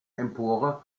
empore